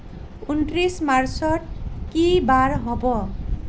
ঊনত্ৰিশ মাৰ্চত কি বাৰ হ'ব